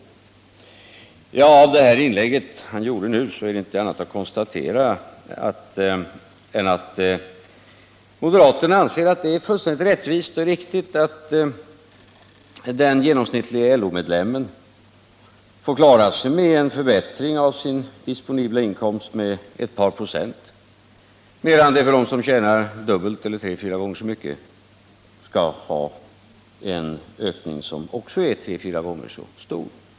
Beträffande herr Burenstam Linders senaste inlägg är inte annat att konstatera än att moderaterna anser att det är fullständigt riktigt och rättvist att den genomsnittlige LO-medlemmen får klara sig med en förbättring av sin disponibla inkomst med ett par procent, medan de som tjänar dubbelt eller tre fyra gånger så mycket skall ha en ökning som också den är tre fyra gånger så stor.